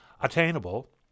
attainable